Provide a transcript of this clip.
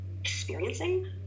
experiencing